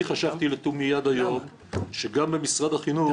אני חשבתי לתומי עד היום שגם במשרד החינוך